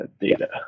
data